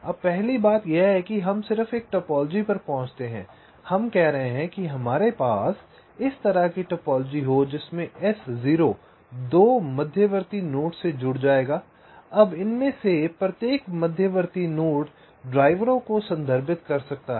अब पहली बात यह है कि हम सिर्फ एक टोपोलॉजी पर पहुंचते हैं हम कह रहे हैं कि हमारे पास इस तरह की एक टोपोलॉजी हो जिसमे S0 2 मध्यवर्ती नोड्स से जुड़ जाएगा अब इनमें से प्रत्येक मध्यवर्ती नोड ड्राइवरों को संदर्भित कर सकता है